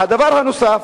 והדבר הנוסף: